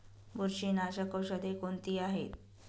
बुरशीनाशक औषधे कोणती आहेत?